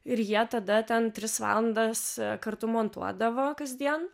ir jie tada ten tris valandas kartu montuodavo kasdien